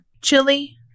Chili